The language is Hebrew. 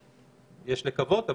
יש לקוות,